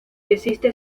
existe